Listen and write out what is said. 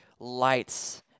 lights